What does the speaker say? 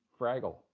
Fraggle